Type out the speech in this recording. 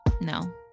No